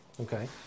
okay